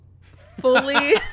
fully